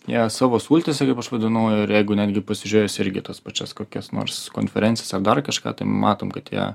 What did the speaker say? jie savo sultyse kaip aš vadinu ir jeigu netgi pasižiūrėjus irgi į tas pačias kokias nors konferencijas ar dar kažką tai matom kad jie